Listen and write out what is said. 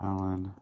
Alan